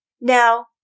Now